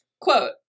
Quote